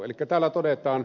elikkä täällä todetaan